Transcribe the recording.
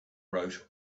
wrote